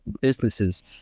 businesses